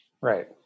Right